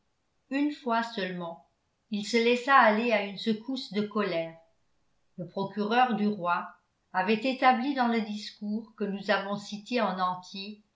une fois seulement il se laissa aller à une secousse de colère le procureur du roi avait établi dans le discours que nous avons cité en entier